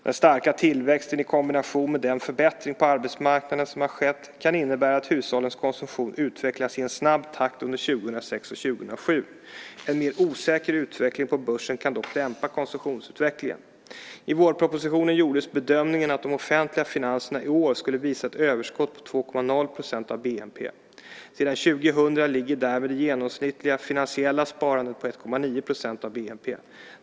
Den starka tillväxten i kombination med den förbättring på arbetsmarknaden som har skett kan innebära att hushållens konsumtion utvecklas i en snabb takt under 2006 och 2007. En mer osäker utveckling på börsen kan dock dämpa konsumtionsutvecklingen. I vårpropositionen gjordes bedömningen att de offentliga finanserna i år skulle visa ett överskott på 2,0 % av bnp. Sedan 2000 ligger därmed det genomsnittliga finansiella sparandet på 1,9 % av bnp.